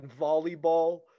volleyball